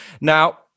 Now